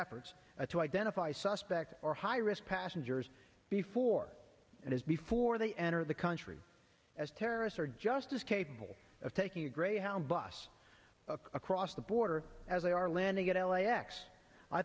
efforts to identify suspects or high risk passengers before and as before they enter the country as terrorists are just as capable of taking a greyhound bus across the border as they are landing at l